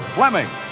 Fleming